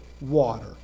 water